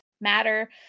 matter